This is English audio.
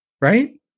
Right